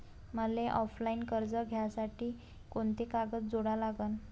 मले ऑफलाईन कर्ज घ्यासाठी कोंते कागद जोडा लागन?